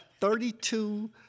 Thirty-two